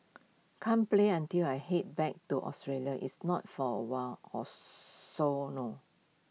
can't play until I Head back to Australia it's not for awhile so no